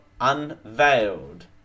unveiled